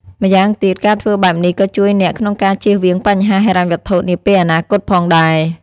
ម្យ៉ាងទៀត ការធ្វើបែបនេះក៏ជួយអ្នកក្នុងការជៀសវាងបញ្ហាហិរញ្ញវត្ថុនាពេលអនាគតផងដែរ។